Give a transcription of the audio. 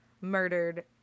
murdered